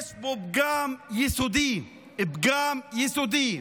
יש בו פגם יסודי, פגם יסודי: